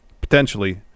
potentially